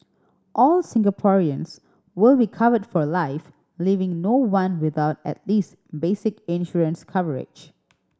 all Singaporeans will be covered for life leaving no one without at least basic insurance coverage